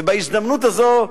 ובהזדמנות זו,